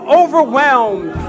overwhelmed